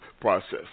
process